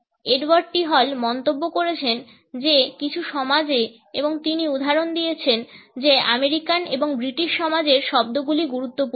Edward T Hall মন্তব্য করেছেন যে কিছু সমাজে এবং তিনি উদাহরণ দিয়েছেন যে আমেরিকান এবং ব্রিটিশ সমাজের শব্দগুলি গুরুত্বপূর্ণ